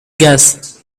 gas